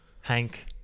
Hank